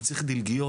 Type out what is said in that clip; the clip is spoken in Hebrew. אני צריך דלגיות.